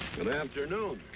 good afternoon.